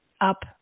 up